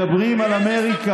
מדברים על אמריקה.